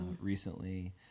recently